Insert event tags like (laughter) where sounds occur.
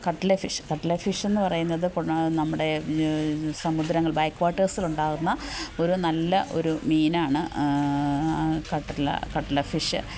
cuttle fish cuttle ഫിഷെന്നു പറയുന്നത് (unintelligible) നമ്മുടെ സമുദ്രങ്ങൾ ബാക്ക് വാട്ടേഴ്സിലുണ്ടാകുന്ന ഒരു നല്ല ഒരു മീനാണ് കട്ട്ളാ കട്ട്ളാ ഫിഷ്